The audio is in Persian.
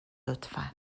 لطفا